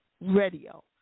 Radio